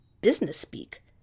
business-speak